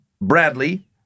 Bradley